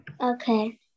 Okay